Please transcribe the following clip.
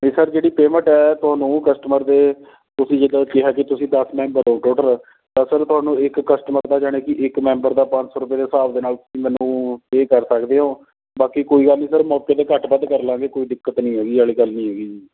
ਅਤੇ ਸਰ ਜਿਹੜੀ ਪੇਅਮੈਂਟ ਹੈ ਤੁਹਾਨੂੰ ਕਸਟਮਰ ਦੇ ਤੁਸੀਂ ਜਿੱਦਾਂ ਕਿਹਾ ਕਿ ਤੁਸੀਂ ਦਸ ਮੈਂਬਰ ਹੋ ਟੌਟਲ ਤਾਂ ਸਰ ਤੁਹਾਨੂੰ ਇੱਕ ਕਸਟਮਰ ਦਾ ਜਣੀ ਕਿ ਇੱਕ ਮੈਂਬਰ ਦਾ ਪੰਜ ਸੌ ਰੁਪਏ ਦੇ ਹਿਸਾਬ ਦੇ ਨਾਲ਼ ਮੈਨੂੰ ਪੇਅ ਕਰ ਸਕਦੇ ਹੋ ਬਾਕੀ ਕੋਈ ਗੱਲ ਨਹੀਂ ਸਰ ਮੌਕੇ 'ਤੇ ਘੱਟ ਵੱਧ ਕਰ ਲਾਂਗੇ ਕੋਈ ਦਿੱਕਤ ਨਹੀਂ ਹੈ ਵਾਲੀ ਗੱਲ ਨਹੀਂ ਹੈਗੀ ਜੀ